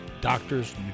doctors